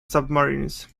submarines